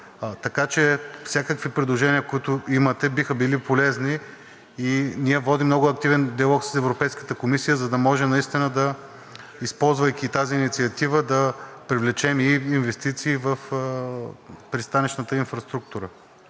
Така че всякакви предложения, които имате, биха били полезни. Ние водим много активен диалог с Европейската комисия, за да можем наистина, използвайки тази инициатива, да привлечем и инвестиции в пристанищната инфраструктура,